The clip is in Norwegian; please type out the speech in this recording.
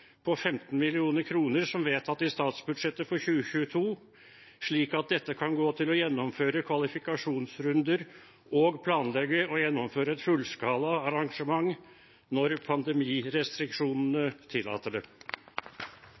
på 15 millioner kroner som vedtatt i statsbudsjettet for 2022, slik at dette kan gå til å gjennomføre kvalifikasjonsrunder og planlegge og gjennomføre et fullskala arrangement når pandemirestriksjonene tillater det.»